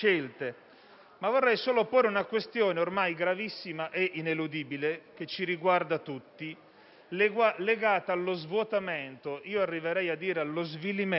Vorrei solo porre una questione, ormai gravissima e ineludibile, che ci riguarda tutti, legata allo svuotamento, che io arriverei a definire svilimento,